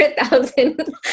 thousand